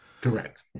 Correct